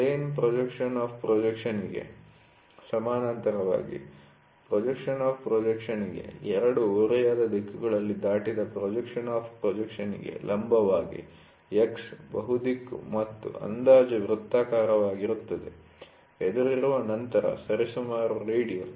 plane projection of ಪ್ರೊಜೆಕ್ಷನ್'ಗೆ ಸಮಾನಾಂತರವಾಗಿ projection of ಪ್ರೊಜೆಕ್ಷನ್'ಗೆ 2 ಓರೆಯಾದ ದಿಕ್ಕುಗಳಲ್ಲಿ ದಾಟಿದ ಪ್ರೊಜೆಕ್ಷನ್ ಆಫ್ ಪ್ರೊಜೆಕ್ಷನ್'ಗೆ ಲಂಬವಾಗಿ X ಬಹು ದಿಕ್ಕು ಮತ್ತು ಅಂದಾಜು ವೃತ್ತಾಕಾರವಾಗಿರುತ್ತದೆ ಎದುರಿರುವ ನಂತರ ಸರಿಸುಮಾರು ರೇಡಿಯಲ್